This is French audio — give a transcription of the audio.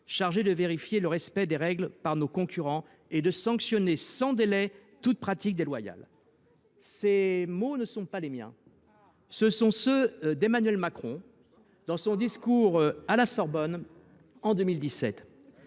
chargé de vérifier le respect des règles, par nos concurrents, et de sanctionner sans délai toute pratique déloyale. » Ces mots ne sont pas les miens : ce sont ceux d’Emmanuel Macron, qu’il a prononcés lors de son discours à la Sorbonne en 2017.